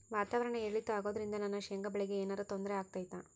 ವಾತಾವರಣ ಏರಿಳಿತ ಅಗೋದ್ರಿಂದ ನನ್ನ ಶೇಂಗಾ ಬೆಳೆಗೆ ಏನರ ತೊಂದ್ರೆ ಆಗ್ತೈತಾ?